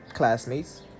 classmates